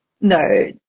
No